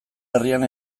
herrian